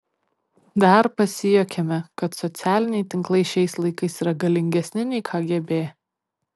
dar pasijuokėme kad socialiniai tinklai šiais laikais yra galingesni nei kgb